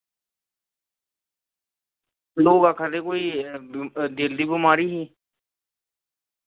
लोग आक्खा दे कोई दिल दी बमारी ही